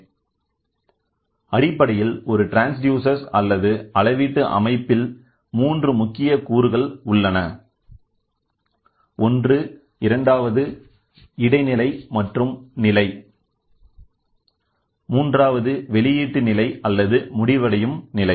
எனவே அடிப்படையில் ஒரு ட்ரான்ஸ்டியூசர் அல்லது அளவீட்டு அமைப்பில் மூன்று முக்கிய கூறுகள் உள்ளன ஒன்று இரண்டாவது இடைநிலை மற்றும் நிலை மூன்றாவது வெளியீட்டு நிலை அல்லது முடிவடையும் நிலை